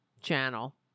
channel